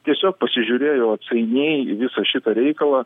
tiesiog pasižiūrėjo atsainiai į visą šitą reikalą